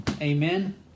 Amen